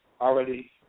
already